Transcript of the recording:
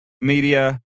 media